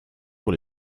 pour